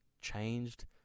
changed